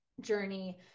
journey